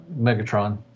Megatron